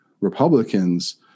Republicans